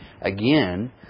again